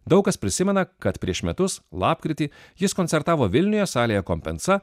daug kas prisimena kad prieš metus lapkritį jis koncertavo vilniuje salėje compensa